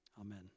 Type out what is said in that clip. amen